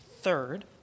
Third